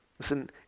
Listen